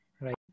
Right